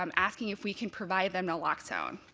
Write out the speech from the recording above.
um asking if we can provide them naloxone.